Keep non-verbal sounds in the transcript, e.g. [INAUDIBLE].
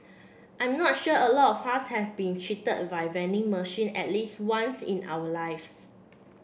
I'm not sure a lot of us has been cheated [UNINTELLIGIBLE] vending machine at least once in our lives